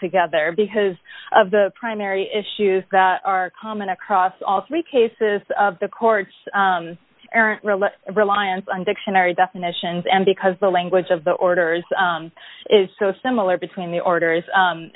together because of the primary issues that are common across all three cases of the court's reliance on dictionary definitions and because the language of the orders is so similar between the orders